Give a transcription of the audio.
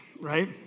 right